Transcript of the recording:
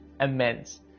immense